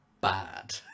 bad